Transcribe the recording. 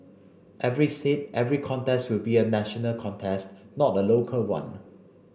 every seat every contest will be a national contest not a local one